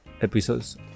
episodes